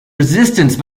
resistance